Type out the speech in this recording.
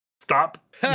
stop